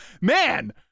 man